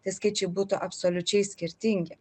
tai skaičiai būtų absoliučiai skirtingi